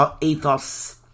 ethos